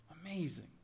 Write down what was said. Amazing